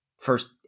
first